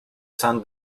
san